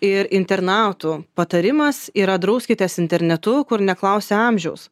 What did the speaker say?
ir internautų patarimas yra drauskitės internetu kur neklausia amžiaus